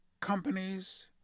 companies